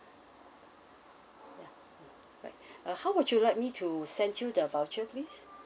ya mm right uh how would you like me to send you the voucher please